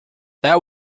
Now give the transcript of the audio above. that